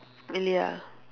ya